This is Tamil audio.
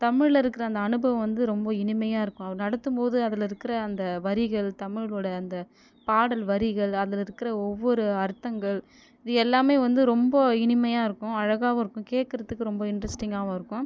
தமிழில் இருக்கிற அந்த அனுபவம் வந்து ரொம்ப இனிமையாக இருக்கும் அவர் நடத்தும் போது அதில் இருக்கிற அந்த வரிகள் தமிழோடய அந்த பாடல் வரிகள் அந்த இருக்கிற ஒவ்வொரு அர்த்தங்கள் இது எல்லாமே வந்து ரொம்ப இனிமையாக இருக்கும் அழகாவும் இருக்கும் கேட்குறதுக்கு ரொம்ப இன்ட்ரஸ்டிங்காவும் இருக்கும்